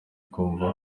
kumva